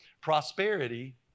prosperity